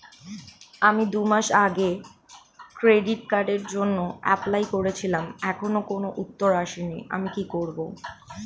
আমি দুমাস আগে ক্রেডিট কার্ডের জন্যে এপ্লাই করেছিলাম এখনো কোনো উত্তর আসেনি আমি কি করব?